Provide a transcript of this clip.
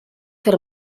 fer